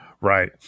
Right